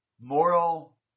moral